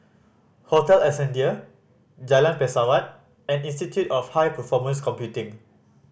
Hotel Ascendere Jalan Pesawat and Institute of High Performance Computing